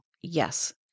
yes